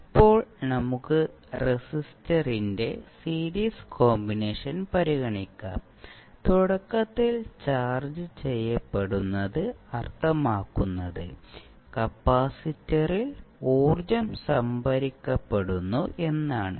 ഇപ്പോൾ നമുക്ക് റെസിസ്റ്ററിന്റെ സീരീസ് കോമ്പിനേഷൻ പരിഗണിക്കാം തുടക്കത്തിൽ ചാർജ്ജ് ചെയ്യപ്പെടുന്നത് അർത്ഥമാക്കുന്നത് കപ്പാസിറ്ററിൽ ഊർജ്ജം സംഭരിക്കപ്പെടുന്നു എന്നാണ്